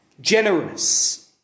generous